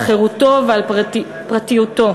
על חירותו ועל פרטיותו.